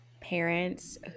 parents